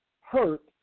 hurt